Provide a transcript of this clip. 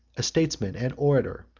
a statesman and orator,